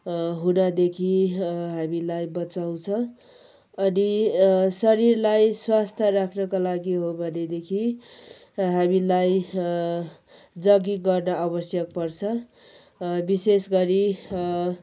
हुनदेखि हामीलाई बचाउँछ अनि शरीरलाई स्वास्थ राख्नको लागि हो भनेदेखि हामाीलाई जगिङ गर्न आवश्यक पर्छ विशेष गरी